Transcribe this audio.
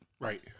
Right